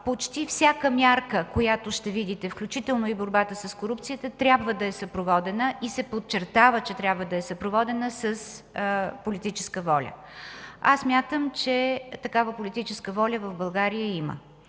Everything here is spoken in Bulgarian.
Почти всяка мярка, която ще видите, включително и борбата с корупцията трябва да е съпроводена – и се подчертава, че трябва да е съпроводена, с политическа воля. Смятам, че такава политическа воля в България има